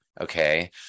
Okay